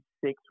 six